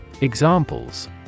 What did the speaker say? Examples